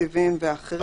תקציביים ואחרים,